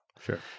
Sure